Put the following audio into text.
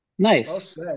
Nice